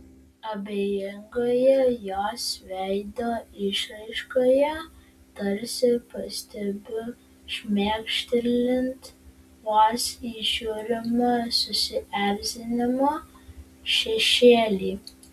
abejingoje jos veido išraiškoje tarsi pastebiu šmėkštelint vos įžiūrimą susierzinimo šešėlį